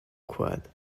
quad